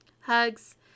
Hugs